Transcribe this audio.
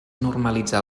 normalitzar